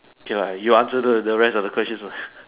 okay lah you answer the the rest of the questions lah